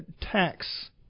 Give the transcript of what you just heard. tax